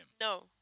No